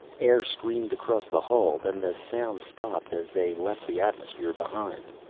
air screamed across the hull, then the sound stopped as they left the atmosphere behind.